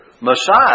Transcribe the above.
Messiah